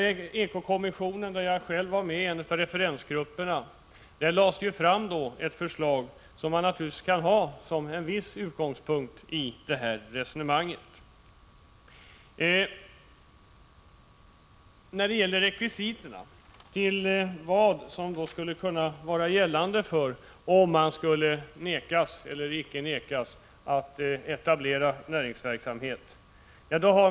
I ekokommissionen — jag var själv med i en av referensgrupperna i det sammanhanget — lades ett förslag fram som man i viss utsträckning naturligtvis kan utgå från när man resonerar om dessa saker. Sedan något om rekvisiten. Det handlar alltså om att beakta vad som krävs för tillstånd resp. förbud när det gäller att etablera en näringsverksamhet.